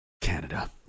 Canada